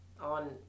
on